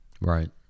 Right